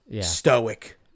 Stoic